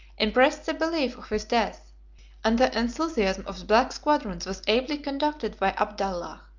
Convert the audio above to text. impressed the belief of his death and the enthusiasm of the black squadrons was ably conducted by abdallah,